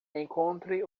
encontre